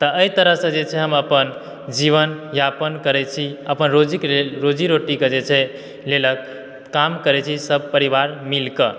तऽ एहि तरह सॅं जे छै से हम अपन जीवन यापन करै छी अपन रोजीक लेल रोज़ी रोटी के जे छै लेलक काम करै छी सब परिवार मिल कऽ